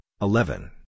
eleven